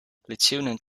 lieutenant